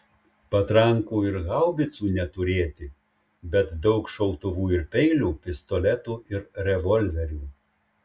patrankų ir haubicų neturėti bet daug šautuvų ir peilių pistoletų ir revolverių